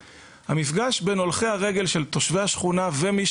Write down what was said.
המפגש בין הולכי הרגל של תושבי השכונה ומי